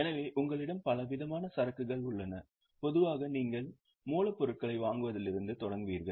எனவே உங்களிடம் பலவிதமான சரக்குகள் உள்ளன பொதுவாக நீங்கள் மூலப்பொருட்களை வாங்குவதிலிருந்து தொடங்குவீர்கள்